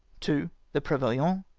two, the prevoyant,